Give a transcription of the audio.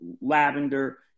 lavender